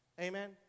Amen